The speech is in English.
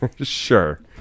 sure